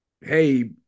hey